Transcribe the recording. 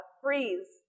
freeze